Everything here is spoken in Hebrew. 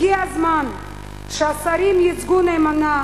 הגיע הזמן שהשרים ייצגו נאמנה